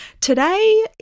Today